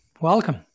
welcome